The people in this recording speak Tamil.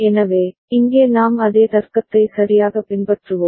எனவே இங்கே நாம் அதே தர்க்கத்தை சரியாக பின்பற்றுவோம்